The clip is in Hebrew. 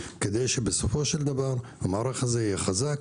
כדי שבסופו של דבר המערך הזה יהיה חזק.